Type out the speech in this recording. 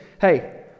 hey